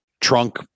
trunk